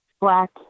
black